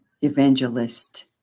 evangelist